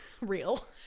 real